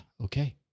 Okay